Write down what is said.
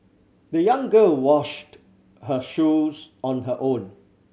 the young girl washed her shoes on her own